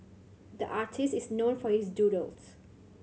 the artist is known for his doodles